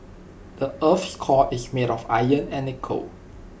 the Earth's core is made of iron and nickel